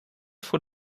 for